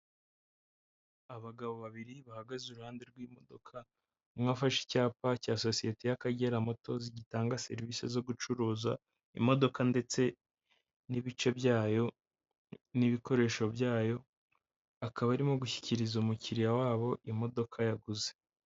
Abagabo babiri bahagaze iruhande rw'imodoka, umwe afashe icyapa cya sosiyete y'Akagera motozi gitanga serivisi zo gucuruza imodoka ndetse n'ibice byayo n'ibikoresho byayo, akaba arimo gushyikiriza umukiriya wabo imodoka yaguze.